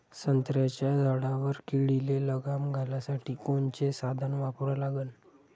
संत्र्याच्या झाडावर किडीले लगाम घालासाठी कोनचे साधनं वापरा लागन?